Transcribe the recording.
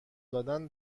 دادن